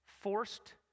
Forced